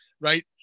right